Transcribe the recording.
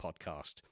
Podcast